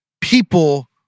People